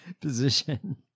position